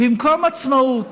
שבמקום עצמאות,